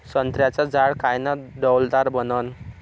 संत्र्याचं झाड कायनं डौलदार बनन?